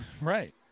Right